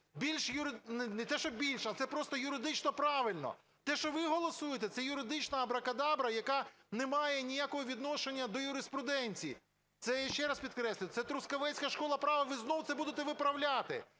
більш, не те, що більш, а це просто юридично правильно. Те, що ви голосуєте, це юридична абракадабра, яка не має ніякого відношення до юриспруденції. Це, я ще раз підкреслюю, це "трускавецька школа права", ви знову це будете виправляти.